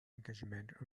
engagement